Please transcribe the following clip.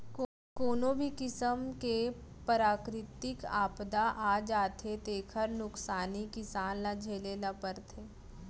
कोनो भी किसम के पराकिरितिक आपदा आ जाथे तेखर नुकसानी किसान ल झेले ल परथे